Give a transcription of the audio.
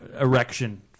erection